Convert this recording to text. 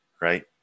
right